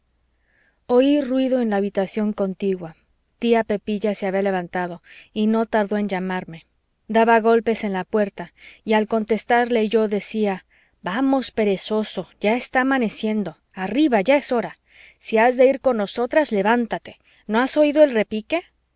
oí ruido en la habitación contigua tía pepilla se había levantado y no tardó en llamarme daba golpes en la puerta y al contestarle yo decía vamos perezoso ya está amaneciendo arriba ya es hora si has de ir con nosotras levántate no has oído el repique